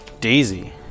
Daisy